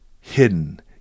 hidden